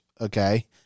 okay